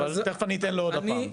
תכף אני אתן לא עוד פעם.